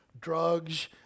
drugs